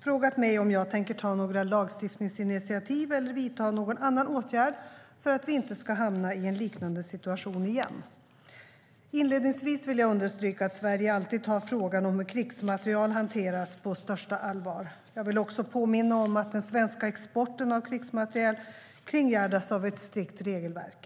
frågat mig om jag tänker ta några lagstiftningsinitiativ eller vidta någon annan åtgärd för att vi inte ska hamna i en liknande situation igen. Inledningsvis vill jag understryka att Sverige alltid tar frågan om hur krigsmateriel hanteras på största allvar. Jag vill också påminna om att den svenska exporten av krigsmateriel kringgärdas av ett strikt regelverk.